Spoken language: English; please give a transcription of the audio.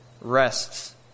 rests